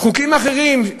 חוקים אחרים,